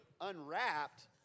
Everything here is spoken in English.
unwrapped